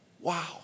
Wow